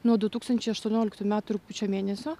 nuo du tūkstančiai aštuonioliktų metų rugpjūčio mėnesio